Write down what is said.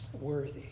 worthy